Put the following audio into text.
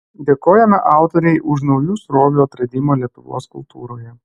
dėkojame autorei už naujų srovių atradimą lietuvos kultūroje